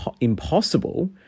impossible